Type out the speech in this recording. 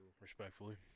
respectfully